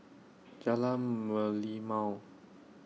Jalan Merlimau